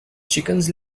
chickens